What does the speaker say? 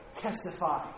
testify